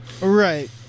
Right